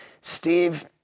Steve